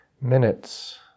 minutes